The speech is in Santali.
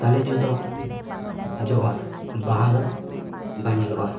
ᱛᱟᱞᱮ ᱡᱚ ᱫᱚ ᱡᱚᱜᱼᱟ ᱵᱟᱦᱟ ᱫᱚ ᱵᱟᱝ ᱧᱮᱞᱚᱜᱼᱟ